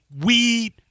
weed